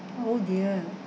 oh dear